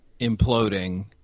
imploding